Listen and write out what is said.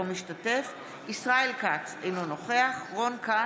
בהצבעה ישראל כץ, אינו נוכח רון כץ,